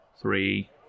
three